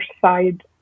side